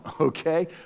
okay